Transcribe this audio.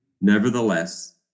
Nevertheless